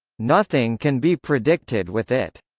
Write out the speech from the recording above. nothing can be predicted with it.